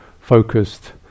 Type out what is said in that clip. focused